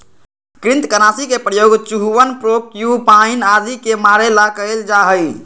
कृन्तकनाशी के प्रयोग चूहवन प्रोक्यूपाइन आदि के मारे ला कइल जा हई